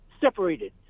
separated